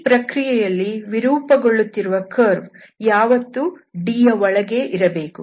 ಈ ಪ್ರಕ್ರಿಯೆಯಲ್ಲಿ ವಿರೂಪಗೊಳ್ಳುತ್ತಿರುವ ಕರ್ವ್ ಯಾವತ್ತೂ D ಯ ಒಳಗೆಯೇ ಇರಬೇಕು